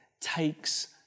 takes